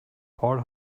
paul